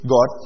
God